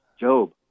Job